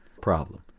problem